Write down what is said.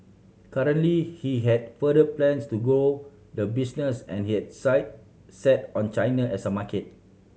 currently he had further plans to grow the business and yet sight set on China as a market